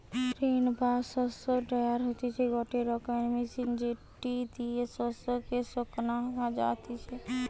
grain বা শস্য dryer হতিছে গটে রকমের মেশিন যেটি দিয়া শস্য কে শোকানো যাতিছে